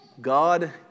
God